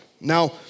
Now